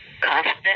constant